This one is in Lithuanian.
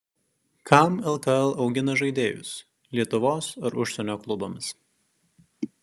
kam lkl augina žaidėjus lietuvos ar užsienio klubams